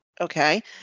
Okay